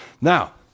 Now